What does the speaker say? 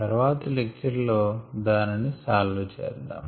తర్వాతి లెక్చర్ లో దానిని సాల్వ్ చేద్దాం